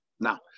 Now